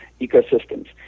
ecosystems